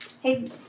hey